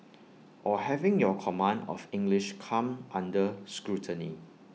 or having your command of English come under scrutiny